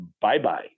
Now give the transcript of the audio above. bye-bye